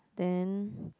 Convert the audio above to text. then